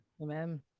Amen